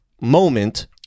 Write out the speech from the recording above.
moment